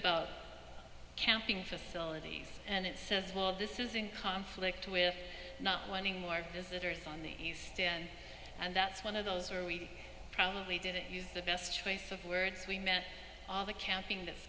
about camping facilities and it says well this is in conflict with not wanting more visitors on the east end and that's one of those where we probably did the best choice of words we met all the camping that's